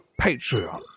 Patreon